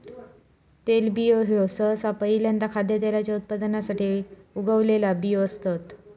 तेलबियो ह्यो सहसा पहील्यांदा खाद्यतेलाच्या उत्पादनासाठी उगवलेला बियो असतत